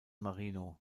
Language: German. marino